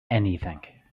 anything